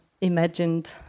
imagined